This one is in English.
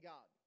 God